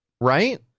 Right